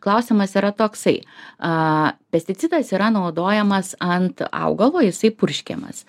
klausimas yra toksai a pesticidas yra naudojamas ant augalo jisai purškiamas